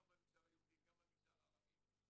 גם במגזר היהודי וגם במגזר הערבי,